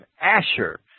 Asher